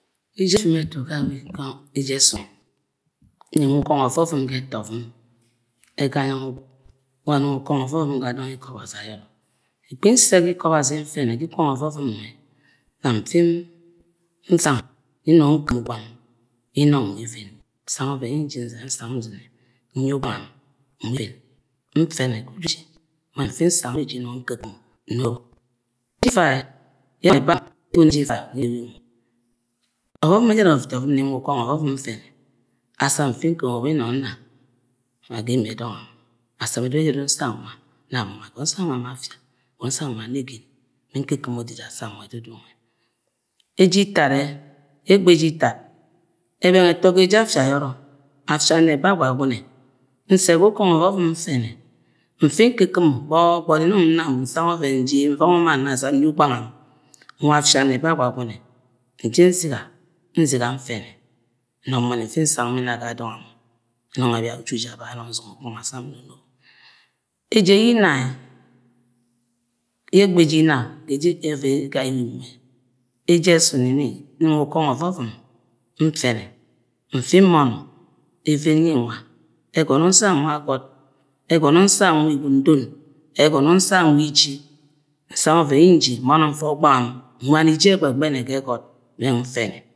min-wa ukọngọ ọvọvuw ga ẹtọ o̱vum. egom gang ubọk ula nungo ukọngọ ọvọvum ga dọng ikọ ọbuzi ayörọ egbẹ nse gu ikọ ọbazi ntenẹ ga ọvọvum mulẹ. nam mfi nsnng nung nkumo ugbang ye nung nwa even nsang ọvẹn ye̱ nji ñ song nẓine, nye ugbamg mway. nfẹnẹ ga ujuji. ubọni nfi nsang bejiji men g nkukumo n-no ọvọvum ẹjara n-n-ula ukọngọ ọvọvum mfẹmẹ. da sam mifi mkumo be nung na ma ga innie. do̱ng am da sam edudu ejara edudu ye nsang nula ma afia or nseng nwa ameger min-mkukumo didi da sam nwa edudu nwẹ eje itaterner ye. Ye egba eje itat, enung ẹtọ gu ẹjẹ afia ayọrọ afia arẹba agueagunẹ nsẹ ga ukongo ọkọkunu mfẹrẹ mfi nku kuma gbọgbọri nẹ nung nam sang cọve̱n nji nuongo̱ mann da sann nye ugbang am mula afia ameba agwagume nji ugbangann mua afi ameba oguagunẹ nji nziaga nziaga nfẹme mm mbori mfi sang bina ga dọng am evung ẹbii ujiji mom mzungọ ukọngọ da sam nonobo eje ye inma ye, ye. egba ehe imma eje esumi ni min-nwa ukọngọ ọvọvum mfinẹ mfi mmono̱ evev yẹ nwa egonọ nsang nula agot, egọt egọne nsang nula agot. egọno nsang nula egfn don. egọmọ nsang nula isi nsang ọvẹn ye nji mọnẹ mfe ugbang am nulani iji egbegbẹmẹ ga egot bẹng mfẹmẹ.